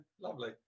Lovely